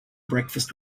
breakfast